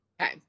okay